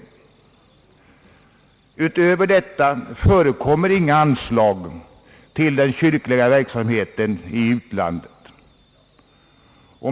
Därutöver förekommer inga anslag till kyrklig verksamhet i utlandet.